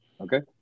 Okay